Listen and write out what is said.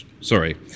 Sorry